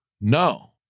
No